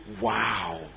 wow